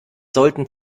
sollten